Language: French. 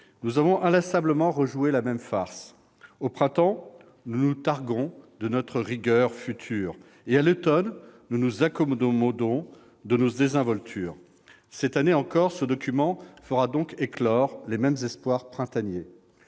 nous avons inlassablement rejoué la même farce : au printemps, nous nous targuons de notre rigueur future et, à l'automne, nous nous accommodons de notre désinvolture. Cette année encore, ce document fera donc éclore les mêmes espoirs printaniers.